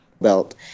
belt